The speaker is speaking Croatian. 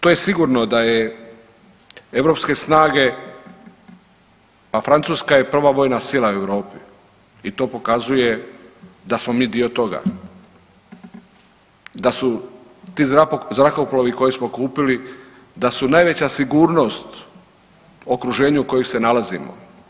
To je sigurno da je europske snage, a Francuska je prva vojna sila u Europi i to pokazuje da smo mi dio toga, da su ti zrakoplovi koje smo kupili da su najveća sigurnost u okruženju u kojem se nalazimo.